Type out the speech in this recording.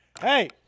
Hey